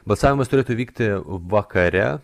balsavimas turėtų vykti vakare